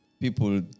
people